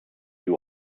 you